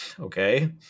Okay